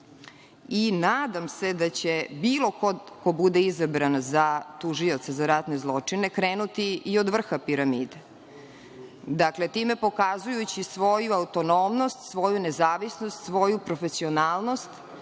i nadam se da će bilo ko ko bude izabran za tužioca za ratne zločine krenuti i od vrha piramide, time pokazujući svoju autonomnost, svoju nezavisnost, svoju profesionalnost,